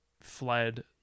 fled